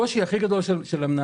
הקושי הכי גדול של המנהלים,